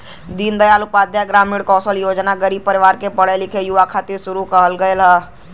दीन दयाल उपाध्याय ग्रामीण कौशल योजना गरीब परिवार के पढ़े लिखे युवा खातिर शुरू किहल गयल हौ